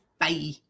Bye